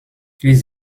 ils